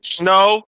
No